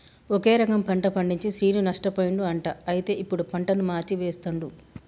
ఒకే రకం పంట పండించి శ్రీను నష్టపోయిండు అంట అయితే ఇప్పుడు పంటను మార్చి వేస్తండు